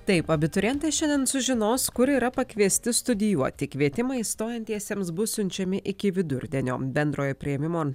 taip abiturientai šiandien sužinos kur yra pakviesti studijuoti kvietimai stojantiesiems bus siunčiami iki vidurdienio bendrojo priėmimo